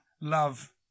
love